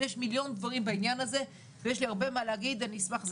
יש מיליון דברים בעניין הזה ויש לי הרבה להגיד ואני אשמח,